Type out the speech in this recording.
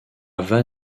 van